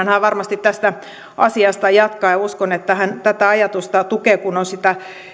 hän varmasti tästä asiasta jatkaa ja uskon että hän tätä ajatusta tukee kun on sitä